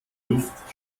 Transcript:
luft